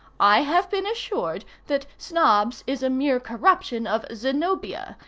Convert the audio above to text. i have been assured that snobbs is a mere corruption of zenobia,